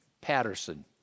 Patterson